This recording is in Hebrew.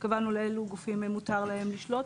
קבענו לאילו גופים מותר להם לשלוט,